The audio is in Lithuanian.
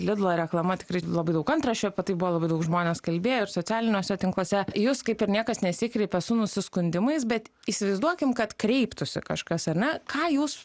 lidlo reklama tikrai labai daug antraščių apie tai buvo labai daug žmonės kalbėjo ir socialiniuose tinkluose į jus kaip ir niekas nesikreipė su nusiskundimais bet įsivaizduokim kad kreiptųsi kažkas ar ne ką jūs